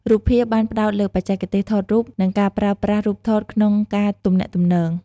រូបភាព បានផ្ដោតលើបច្ចេកទេសថតរូប និងការប្រើប្រាស់រូបភាពក្នុងការទំនាក់ទំនង។